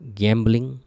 gambling